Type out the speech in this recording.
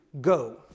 go